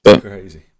Crazy